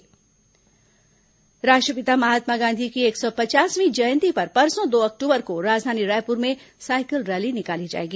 cycle rally राष्ट्रपिता महात्मा गांधी की एक सौ पचासवीं जयंती पर परसों दो अक्टूबर को राजधानी रायपुर में सायकल रैली निकाली जाएगी